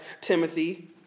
Timothy